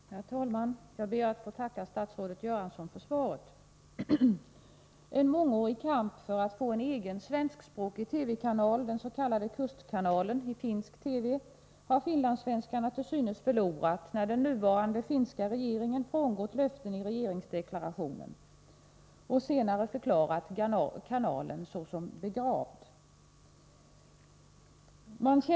Herr talman! Jag ber att få tacka statsrådet Göransson för svaret. En mångårig kamp för att få en egen svenskspråkig TV-kanal, den s.k. kustkanalen, i finsk TV har finlandssvenskarna till synes förlorat, när den nuvarande finska regeringen frångått löften i regeringsdeklarationen och senare förklarat kanalen såsom begravd.